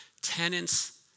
tenants